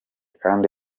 kandi